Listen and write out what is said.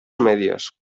medios